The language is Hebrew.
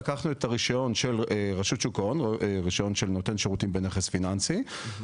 לקחנו את הרישיון של נותן שירותים בנכס פיננסי של רשות שוק ההון,